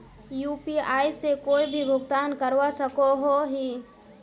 UPI से कोई भी भुगतान करवा सकोहो ही?